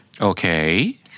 Okay